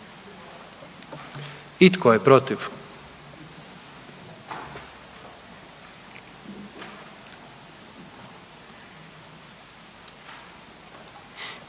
Tko je protiv?